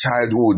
childhood